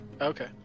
Okay